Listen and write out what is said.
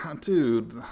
dude